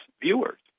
viewers